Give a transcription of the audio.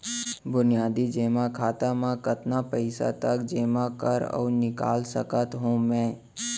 बुनियादी जेमा खाता म कतना पइसा तक जेमा कर अऊ निकाल सकत हो मैं?